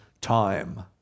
time